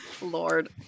Lord